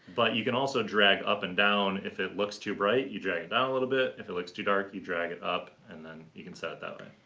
but you can also drag up and down if it looks too bright, you drag it down a little bit, if it looks too dark, you drag it up, and then you can set it that way.